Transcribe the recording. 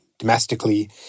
domestically